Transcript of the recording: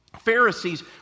Pharisees